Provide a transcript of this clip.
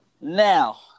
Now